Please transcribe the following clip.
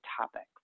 topics